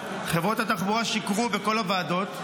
שחברות התחבורה שיקרו בכל הוועדות,